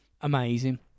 Amazing